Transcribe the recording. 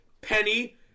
Penny